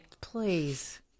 Please